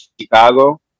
Chicago